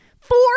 four